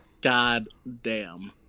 goddamn